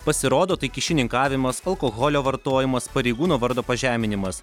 pasirodo tai kyšininkavimas alkoholio vartojimas pareigūno vardo pažeminimas